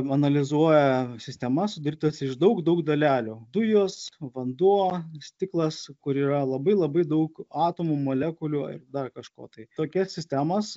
analizuoja sistemas sudarytas iš daug daug dalelių dujos vanduo stiklas kur yra labai labai daug atomų molekulių ir dar kažko tai tokios sistemos